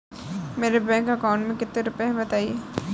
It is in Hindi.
मेरे बैंक अकाउंट में कितने रुपए हैं बताएँ?